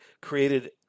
created